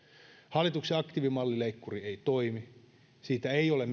hallituksen aktiivimallileikkuri ei toimi ei ole